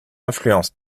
influence